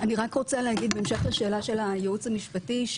בהמשך לשאלה של הייעוץ המשפטי,